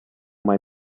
mai